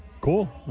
Cool